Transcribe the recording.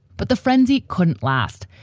but the frenzy couldn't last.